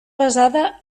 basada